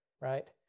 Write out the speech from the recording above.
right